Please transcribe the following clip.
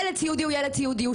ילד סיעודי הוא ילד סיעודי,